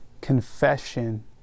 Confession